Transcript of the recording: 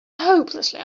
hopelessly